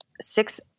six